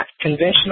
conventional